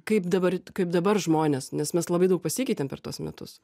kaip dabar kaip dabar žmonės nes mes labai daug pasikeitėm per tuos metus